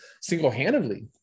single-handedly